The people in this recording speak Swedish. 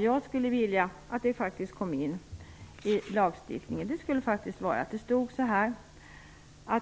Jag skulle vilja att det i lagtexten stod: